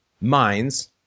minds